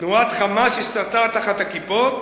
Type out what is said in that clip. "תנועת 'חמאס' הסתתרה תחת הכיפות.